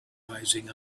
rising